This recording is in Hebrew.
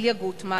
איליה גוטמן,